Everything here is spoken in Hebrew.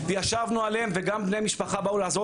ישבנו עליהם וגם בני משפחה באו לעזור